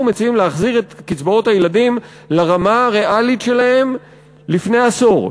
אנחנו מציעים להחזיר את קצבאות הילדים לרמה הריאלית שלהן לפני עשור,